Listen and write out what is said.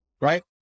right